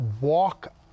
walk